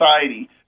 society